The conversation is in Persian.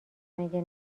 مگه